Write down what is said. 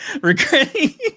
regretting